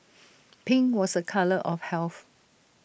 pink was A colour of health